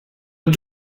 ets